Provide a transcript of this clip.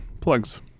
plugs